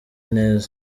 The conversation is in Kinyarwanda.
neza